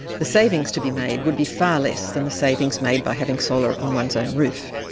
the savings to be made would be far less than the savings made by having solar on one's own roof.